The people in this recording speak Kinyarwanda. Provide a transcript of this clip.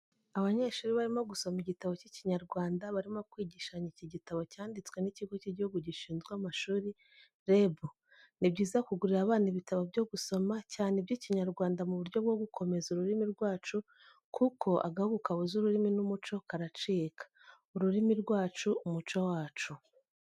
Abanyeshuri barimo gusoma igitabo cy'Ikinyarwanda barimo kwigishanya iki gitabo cyanditswe n'ikigo cy'igihugu gishizwe amashuri REB, ni byiza kugurira abana ibitabo byo gusoma, cyane iby'Ikinyarwanda mu buryo bwo gukomeza uririmi rwacu kuko agahugu kabuze ururimi n'umuco karacika. Ururimi rwacu umuco wacu.